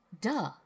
duh